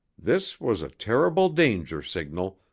this was a terrible danger signal,